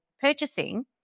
purchasing